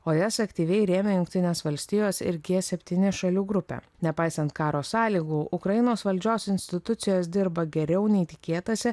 o jas aktyviai rėmė jungtinės valstijos ir gie septyni šalių grupė nepaisant karo sąlygų ukrainos valdžios institucijos dirba geriau nei tikėtasi